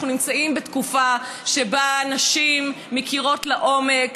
אנחנו נמצאים בתקופה שבה נשים מכירות לעומק,